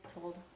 told